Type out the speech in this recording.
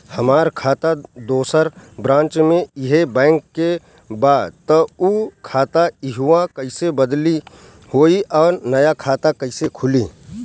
हमार खाता दोसर ब्रांच में इहे बैंक के बा त उ खाता इहवा कइसे बदली होई आ नया खाता कइसे खुली?